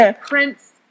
prince